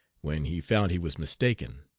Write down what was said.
when he found he was mistaken.